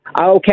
Okay